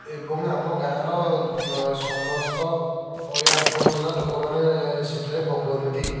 ଏବଂ ଆମ ଗାଁର ସମସ୍ତ ଅଳିଆ ଆବର୍ଜନା ଲୋକ ମାନେ ସେଠାରେ ପକାନ୍ତି